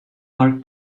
are